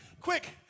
quick